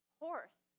horse